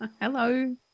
Hello